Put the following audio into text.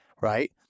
right